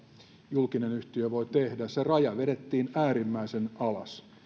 julkinen yhtiö voi tehdä raja vedettiin äärimmäisen alas